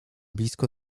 blisko